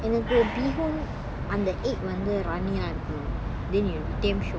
எனக்கு:enakku bee hoon அந்த:antha egg வந்து:vanthu runny ah இருக்கும்:irukkum then it will be damn shiok